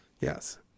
Yes